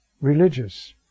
religious